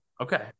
Okay